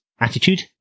attitude